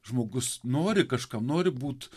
žmogus nori kažkam nori būt